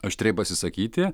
aštriai pasisakyti